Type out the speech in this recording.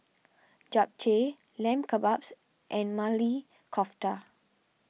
Japchae Lamb Kebabs and Maili Kofta